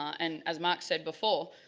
and as marked said before.